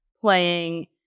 playing